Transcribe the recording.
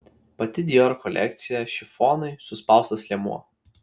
pati dior kolekcija šifonai suspaustas liemuo